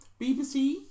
BBC